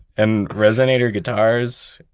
and resonator guitars,